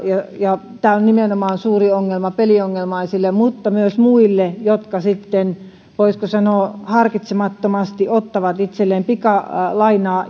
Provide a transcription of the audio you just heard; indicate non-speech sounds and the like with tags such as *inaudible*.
tämä on suuri ongelma nimenomaan peliongelmaisille mutta myös muille jotka sitten voisiko sanoa harkitsemattomasti ottavat itselleen pikalainaa *unintelligible*